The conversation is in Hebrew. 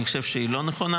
אני חושב שהיא לא נכונה,